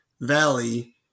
Valley